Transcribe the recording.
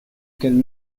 qu’elle